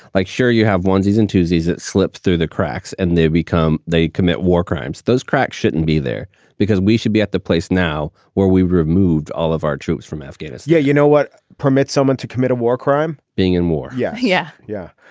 like, sure, you have ones, he's enthuses. it slips through the cracks and they become they commit war crimes. those cracks shouldn't be there because we should be at the place now where we removed all of our troops from afghanistan yeah you know what permits someone to commit a war crime being in war. yeah. yeah. yeah.